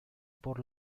por